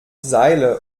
seile